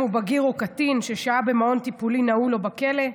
הוא בגיר או קטין ששהה במעון טיפולי נעול או בכלא.